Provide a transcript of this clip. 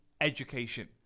education